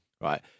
right